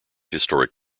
historic